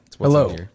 Hello